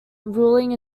ruling